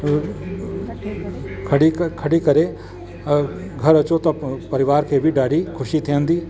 खणी करे खणी करे घरु अचो त परिवार खे बि ॾाढी ख़ुशी थिअंदी